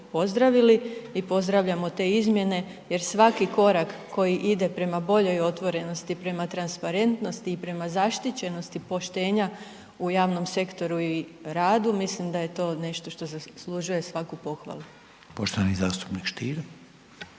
pozdravili i pozdravljamo te izmjene jer svaki korak koji ide prema boljoj otvorenosti, prema transparentnosti i prema zaštićenosti poštenja u javnom sektoru i radu, mislim da je to nešto što zaslužuje svaku pohvalu. **Reiner,